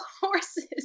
horses